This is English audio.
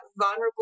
vulnerable